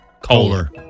Kohler